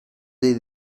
dei